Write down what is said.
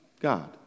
God